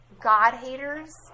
God-haters